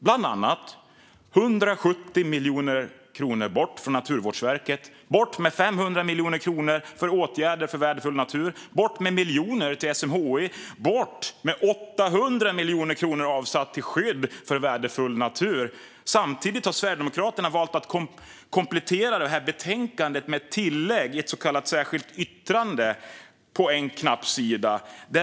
Bland annat ville man ta bort 170 miljoner kronor från Naturvårdsverket. Man ville ta bort 500 miljoner kronor från åtgärder för värdefull natur. Man ville ta bort miljoner från SMHI. Man ville ta bort 800 miljoner kronor som har avsatts till skydd av värdefull natur. Samtidigt har Sverigedemokraterna valt att komplettera detta betänkande med ett tillägg - ett så kallat särskilt yttrande - på en knapp sida.